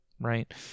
right